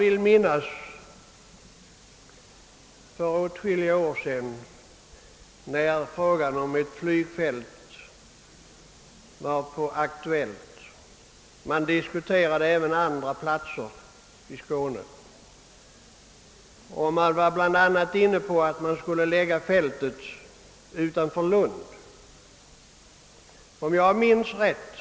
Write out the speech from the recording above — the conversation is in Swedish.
I den diskussion som fördes för några år sedan inriktade man sig ju även på andra platser i Skåne. Man planerade bl.a. att förlägga fältet utanför Lund, om jag nu minns rätt.